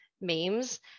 memes